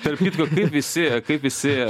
tarp kitko visi kaip visi